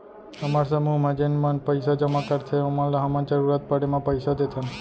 हमर समूह म जेन मन पइसा जमा करथे ओमन ल हमन जरूरत पड़े म पइसा देथन